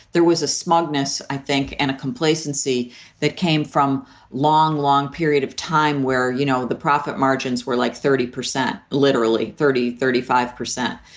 there was a smugness, i think, and a complacency that came from long, long period of time where, you know, the profit margins were like thirty percent, literally thirty, thirty five percent.